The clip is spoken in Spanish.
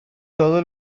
todos